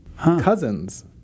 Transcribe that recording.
Cousins